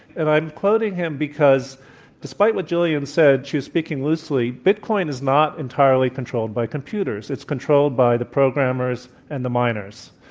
and i'm quoting him because despite what gillian said she was speaking loosely bitcoin is not entirely controlled by computers. it's controlled by the programmers and the miners,